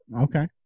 Okay